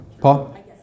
Paul